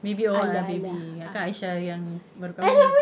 baby oh ah baby ingatkan aisyah yang baru kahwin